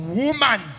woman